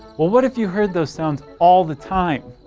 well, what if you heard those sounds all the time?